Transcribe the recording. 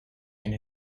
and